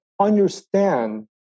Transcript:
understand